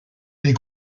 les